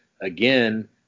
again